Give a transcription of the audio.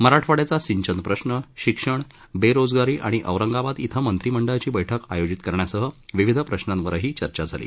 मराठवाड्याचा सिंचन प्रश्न शिक्षण बेरोजगारी आणि औरंगाबाद इथं मंत्रिमंडळाची बैठक आयोजित करण्यासह विविध प्रश्नांवरही चर्चा झाली